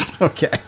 Okay